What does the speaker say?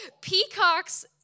peacocks